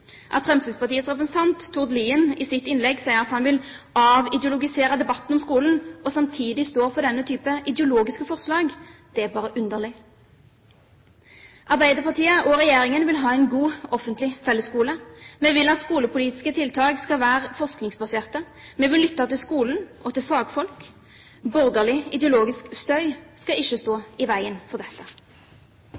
At Fremskrittspartiets representant Tord Lien i sitt innlegg sier at han vil avideologisere debatten om skolen, og samtidig står for denne typen ideologiske forslag, er bare underlig. Arbeiderpartiet og regjeringen vil ha en god offentlig fellesskole. Vi vil at skolepolitiske tiltak skal være forskningsbaserte. Vi vil lytte til skolen og til fagfolk. Borgerlig ideologisk støy skal ikke stå